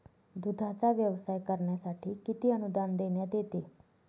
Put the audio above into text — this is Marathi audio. दूधाचा व्यवसाय करण्यासाठी किती अनुदान देण्यात येते?